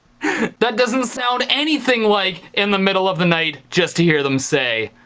that doesn't sound anything like in the middle of the night just to hear them say.